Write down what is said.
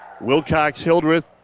Wilcox-Hildreth